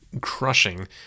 crushing